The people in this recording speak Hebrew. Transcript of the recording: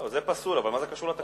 זה פסול, אבל מה זה קשור לתקציב?